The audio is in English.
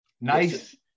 nice